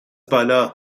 بالا